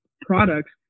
products